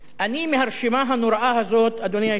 מהרשימה הנוראה הזאת, אדוני היושב-ראש,